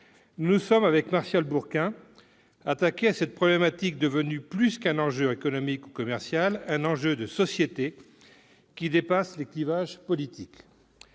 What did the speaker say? nous sommes attaqués à cette problématique, devenue plus qu'un enjeu économique ou commercial : un enjeu de société qui dépasse les clivages politiques.